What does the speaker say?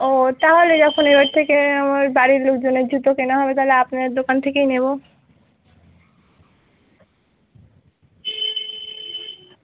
ও তাহলে যখন এবার থেকে আমার বাড়ির লোকজনের জুতো কেনা হবে তাহলে আপনাদের দোকান থেকেই নেবো